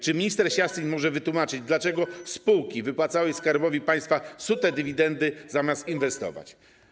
Czy minister Sasin może wytłumaczyć, dlaczego spółki wypłacały Skarbowi Państwa sute dywidendy, zamiast inwestować?